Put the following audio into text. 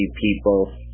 people